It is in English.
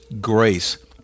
grace